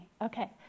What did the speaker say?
Okay